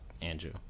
Andrew